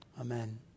Amen